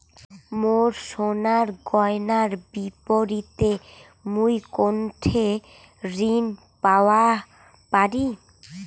মোর সোনার গয়নার বিপরীতে মুই কোনঠে ঋণ পাওয়া পারি?